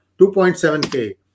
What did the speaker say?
2.7k